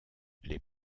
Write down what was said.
les